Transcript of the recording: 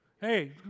Hey